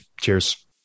Cheers